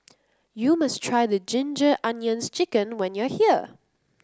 you must try Ginger Onions chicken when you are here